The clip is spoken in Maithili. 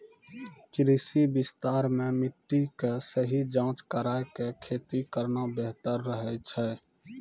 कृषि विस्तार मॅ मिट्टी के सही जांच कराय क खेती करना बेहतर रहै छै